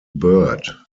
bird